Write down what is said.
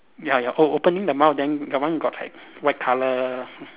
ya ya o~ opening the mouth then that one got like white colour